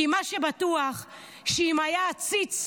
כי מה שבטוח הוא שאם היה עציץ,